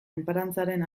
enparantzaren